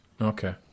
Okay